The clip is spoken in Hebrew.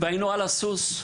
והיינו על הסוס.